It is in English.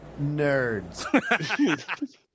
nerds